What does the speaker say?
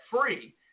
free